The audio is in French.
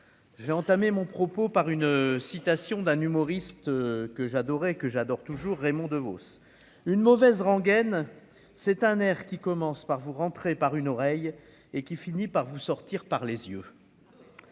je vais entamer mon propos par une citation d'un humoriste que j'adorais que j'adore toujours Raymond Devos une mauvaise rengaine c'est un air qui commence par vous rentrez par une oreille et qui finit par vous sortir par les yeux.